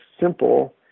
simple